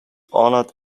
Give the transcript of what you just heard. honored